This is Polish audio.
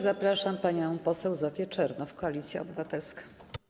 Zapraszam panią poseł Zofię Czernow, Koalicja Obywatelska.